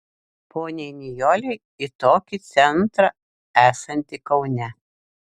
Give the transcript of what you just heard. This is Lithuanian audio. poniai nijolei į tokį centrą esantį kaune